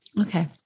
Okay